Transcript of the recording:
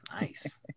Nice